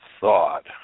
thought